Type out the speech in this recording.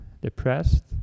depressed